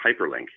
hyperlink